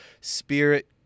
Spirit